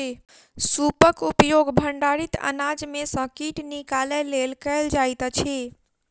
सूपक उपयोग भंडारित अनाज में सॅ कीट निकालय लेल कयल जाइत अछि